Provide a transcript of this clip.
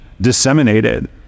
disseminated